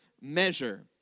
measure